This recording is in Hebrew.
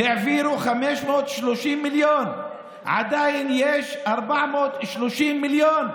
העבירו 530 מיליון, עדיין יש 430 מיליון.